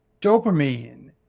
dopamine